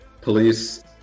police